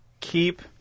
keep